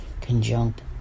conjunct